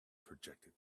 projected